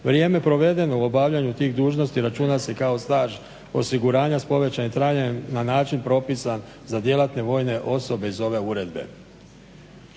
vrijeme provedeno u obavljanju tih dužnosti računa se kao staž osiguranja s povećanim trajanjem na način propisan za djelatne vojne osobe iz ove uredbe.